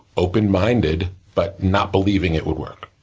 open-minded, but not believing it would work.